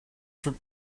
from